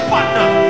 partner